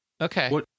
Okay